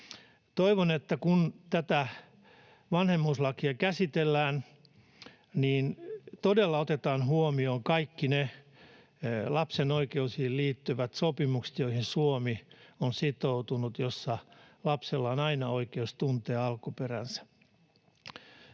Toivon, että kun tätä vanhemmuuslakia käsitellään, niin todella otetaan huomioon kaikki ne lapsen oikeuksiin liittyvät sopimukset, joihin Suomi on sitoutunut, joissa lapsella on aina oikeus tuntea alkuperänsä.